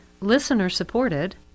Listener-supported